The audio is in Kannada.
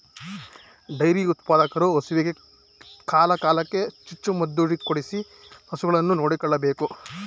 ಡೈರಿ ಉತ್ಪಾದಕರು ಹಸುವಿಗೆ ಕಾಲ ಕಾಲಕ್ಕೆ ಚುಚ್ಚು ಮದುಕೊಡಿಸಿ ಹಸುಗಳನ್ನು ನೋಡಿಕೊಳ್ಳಬೇಕು